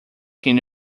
can